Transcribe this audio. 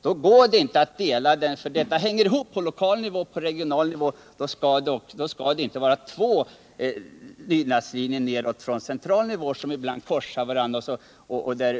Om det hela hänger ihop på lokal och regional nivå, så skall det inte vara två lydnadslinjer nedåt från central nivå, som ibland korsar varandra.